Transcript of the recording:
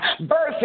birthing